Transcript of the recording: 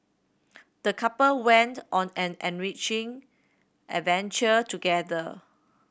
the couple went on an enriching adventure together